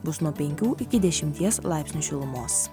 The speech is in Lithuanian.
bus nuo penkių iki dešimies laipsnių šilumos